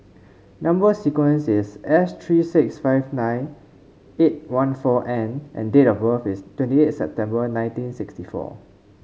number sequence is S three six five nine eight one four N and date of birth is twenty eighth September nineteen sixty four